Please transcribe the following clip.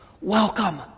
Welcome